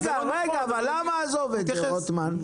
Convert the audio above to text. רוטמן?